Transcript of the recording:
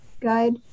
guide